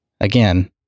again